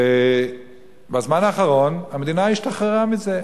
בזמן האחרון המדינה השתחררה מזה.